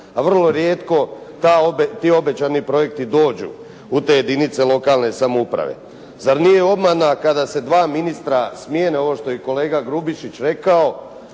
a vrlo rijetko ti obećani projekti dođu u te jedinice lokalne samouprave. Zar nije obmana kada se dva ministra smijene ovo što je i kolega Grubišić rekao,